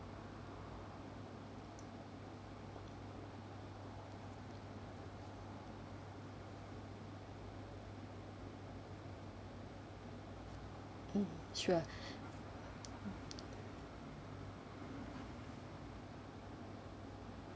sure